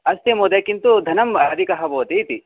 अस्ति महोदय किन्तु धनम् अधिकं भवति इति